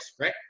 right